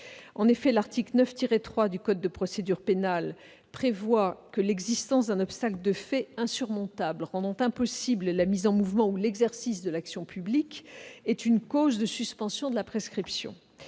En effet, l'article 9-3 du code de procédure pénale prévoit que l'existence d'un obstacle de fait insurmontable rendant impossible la mise en mouvement ou l'exercice de l'action publique est une cause de suspension de la prescription.